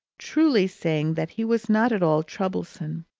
truly saying that he was not at all troublesome,